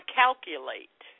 calculate